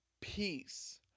peace